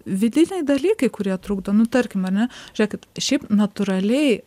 vidiniai dalykai kurie trukdo nu tarkim ar ne žiūrėkit šiaip natūraliai